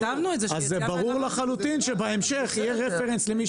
אז זה ברור לחלוטין שבהמשך יהיה רפרנס למי